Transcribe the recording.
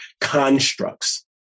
constructs